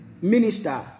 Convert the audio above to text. minister